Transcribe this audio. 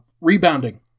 Rebounding